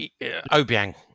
Obiang